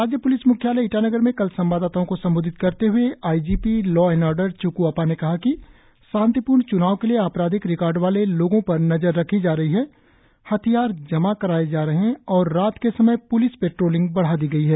राज्य पुलिस मुख्यालय ईटानगर मे कल संवाददाताओ को संबोधित करते हए I G P law and order Chukhu Apa ने कहा कि शांतिपूर्ण चुनाव के लिए आपराधिक रिकॉर्ड वाले लोगो पर नजर रखी जा रही है हथियार जमा कराए जा रहै है और रात के समय पुलिस पेट्रोलिंग बढा दी गई है